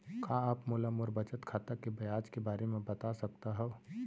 का आप मोला मोर बचत खाता के ब्याज के बारे म बता सकता हव?